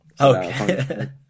okay